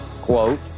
quote